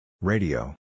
Radio